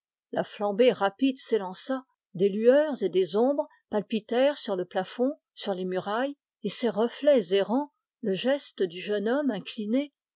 la flambée rapide s'élança des lueurs et des ombres palpitèrent sur le plafond sur les murailles et ces reflets errants le geste du jeune homme incliné